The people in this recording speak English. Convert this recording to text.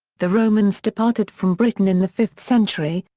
the romans departed from britain in the fifth century,